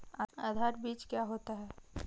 आधार बीज क्या होता है?